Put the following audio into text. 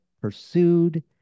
pursued